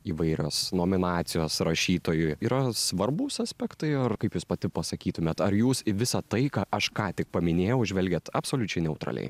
įvairios nominacijos rašytojui yra svarbūs aspektai ar kaip jūs pati pasakytumėt ar jūs į visą tai ką aš ką tik paminėjau žvelgiat absoliučiai neutraliai